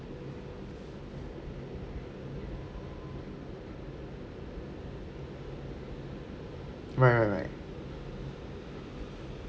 right right right